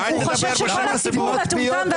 --- הוא חושב שהציבור מטומטם.